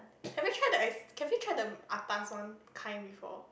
have you tried the ex~ have you tried the atas one kind before